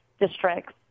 districts